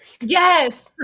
Yes